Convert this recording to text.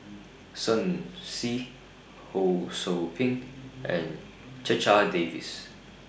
Shen Xi Ho SOU Ping and Checha Davies